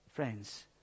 Friends